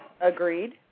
Agreed